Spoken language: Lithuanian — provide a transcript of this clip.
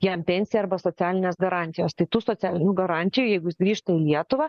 jam pensija arba socialinės garantijos tai tų socialinių garantijų jeigu jis grįžta į lietuvą